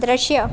દૃશ્ય